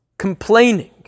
Complaining